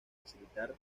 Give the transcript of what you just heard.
facilitar